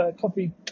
coffee